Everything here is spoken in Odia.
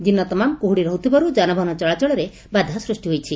ଦିନ ତମାମ କୁହୁଡ଼ି ରହୁଥିବାରୁ ଯାନବାହାନ ଚଳାଚଳରେ ବାଧା ସୃଷ୍ଟି ହୋଇଛି